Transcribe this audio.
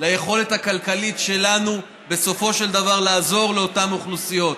ליכולת הכלכלית שלנו בסופו של דבר לעזור לאותן אוכלוסיות.